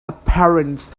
apparent